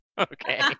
Okay